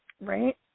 Right